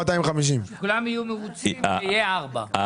מיליון, ושכולם יהיו מרוצים שיהיה 4 מיליון.